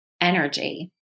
energy